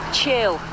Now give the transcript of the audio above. chill